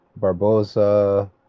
Barbosa